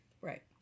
Right